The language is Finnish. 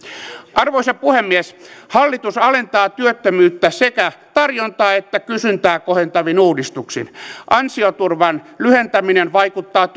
arvoisa puhemies hallitus alentaa työttömyyttä sekä tarjontaa että kysyntää kohentavin uudistuksin ansioturvan lyhentäminen vaikuttaa